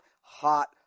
hot